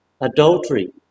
Adultery